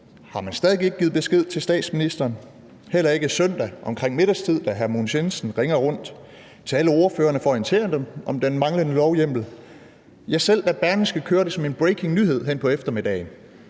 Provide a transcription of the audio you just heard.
har man stadig væk ikke givet besked til statsministeren – heller ikke søndag omkring middagstid, da hr. Mogens Jensen ringer rundt til alle ordførerne for at orientere dem om den manglende lovhjemmel. Ja, selv da Berlingske kører den som en breaking nyhed hen på eftermiddagen,